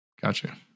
Gotcha